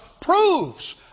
proves